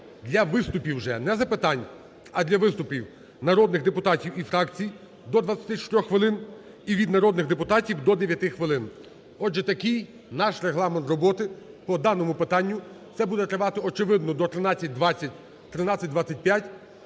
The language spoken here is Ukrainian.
для виступів вже (не запитань, а для виступів) народних депутатів і фракцій – до 24 хвилин, і від народних депутатів – до 9 хвилин. Отже, такий наш регламент роботи по даному питанню. Це буде тривати, очевидно, до 13:20 – 13:25.